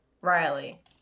Riley